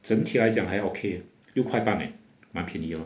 整体来讲还 okay 六块半 leh 蛮便宜的 lor